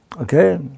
Okay